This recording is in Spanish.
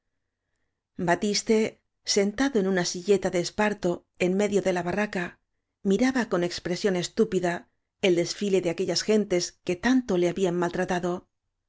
batiste sentado en una silleta de esparto en medio de la barraca miraba con expresión estúpida el desfile de aquellas gentes que tanto le habían maltratado